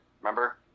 Remember